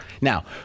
Now